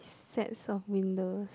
sets of windows